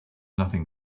nothing